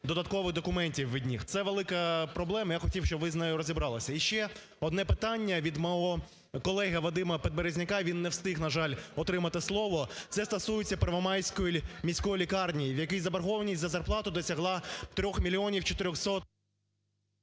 додаткових документів від них, це велика проблема і я б хотів, щоб ви з нею розібралися. І ще одне питання від мого колеги Вадима Підберезняка, він не встиг, на жаль, отримати слово. Це стосується Первомайської міської лікарні, в якій заборгованість за зарплату досягла 3-х мільйонів